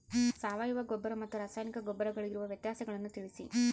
ಸಾವಯವ ಗೊಬ್ಬರ ಮತ್ತು ರಾಸಾಯನಿಕ ಗೊಬ್ಬರಗಳಿಗಿರುವ ವ್ಯತ್ಯಾಸಗಳನ್ನು ತಿಳಿಸಿ?